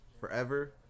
forever